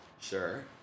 Sure